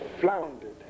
floundered